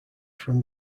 from